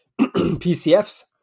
PCFs